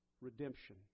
redemption